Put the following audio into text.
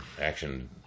action